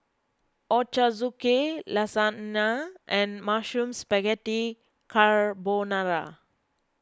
Ochazuke Lasagna and Mushroom Spaghetti Carbonara